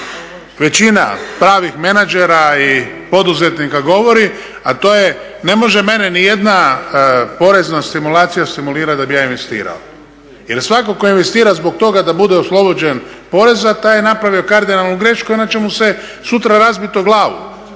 većina pravih menadžera i poduzetnika govori a to je ne može mene ni jedna porezna stimulacija stimulirati da bi ja investiralo. Jer svako ko investira zbog toga da bude oslobođen poreza taj je napravio kardinalnu grešku i ona će mu se sutra razbiti o glavu.